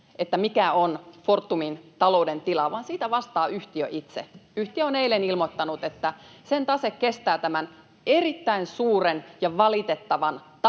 tässä, mikä on Fortumin talouden tila, vaan siitä vastaa yhtiö itse. Yhtiö on eilen ilmoittanut, että sen tase kestää tämän erittäin suuren ja valitettavan